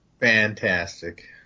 fantastic